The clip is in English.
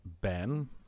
Ben